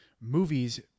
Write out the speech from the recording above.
movies